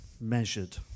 measured